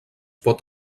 pot